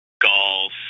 golf